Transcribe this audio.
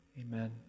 amen